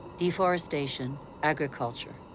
deforestation, agriculture.